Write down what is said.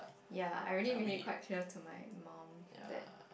ya I really made it quite clear to my mom that